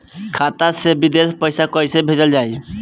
खाता से विदेश पैसा कैसे भेजल जाई?